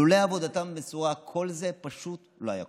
לולא עבודתם המסורה, כל זה פשוט לא היה קורה.